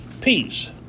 peace